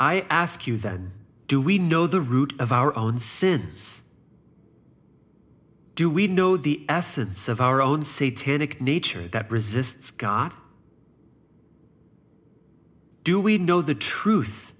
i ask you then do we know the root of our own sins do we know the essence of our own say tannic nature that resists god do we know the truth